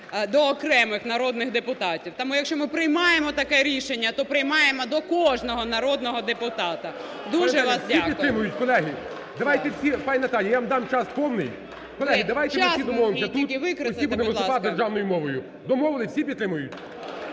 до окремих народних депутатів. Тому, якщо ми приймаємо таке рішення, то приймаємо до кожного народного депутата. Дуже вам дякую.